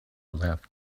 left